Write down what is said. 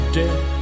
death